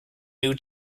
new